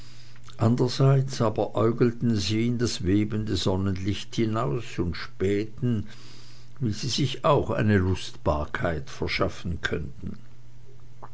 anderseits aber äugelten sie in das webende sonnenlicht hinaus und spähten wie sie sich auch eine lustbarkeit schaffen möchten